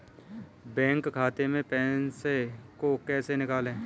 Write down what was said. Bank खाते से पैसे को कैसे निकालें?